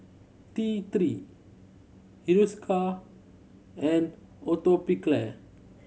T Three Hiruscar and Atopiclair